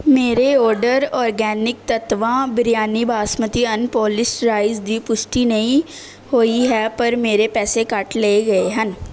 ਮੇਰੇ order organic Tattva biryani basmati unpolished rice ਦੀ ਪੁਸ਼ਟੀ ਨਹੀਂ ਹੋਈ ਹੈ ਪਰ ਮੇਰੇ ਪੈਸੇ ਕੱਟ ਲਏ ਗਏ ਹਨ